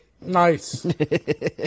Nice